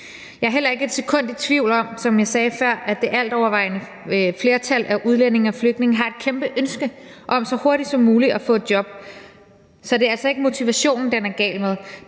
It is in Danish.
jeg sagde før, at det altovervejende flertal af udlændinge og flygtninge har et kæmpe ønske om så hurtigt som muligt at få et job. Så det er altså ikke motivationen, den er gal med.